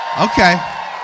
Okay